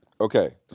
Okay